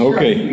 Okay